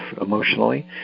emotionally